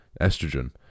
estrogen